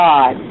God